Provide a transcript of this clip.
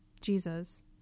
Jesus